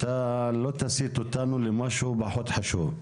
אתה לא תסיט אותנו למשהו פחות חשוב.